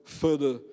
further